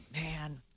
Man